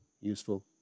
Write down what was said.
useful